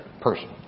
person